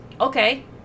okay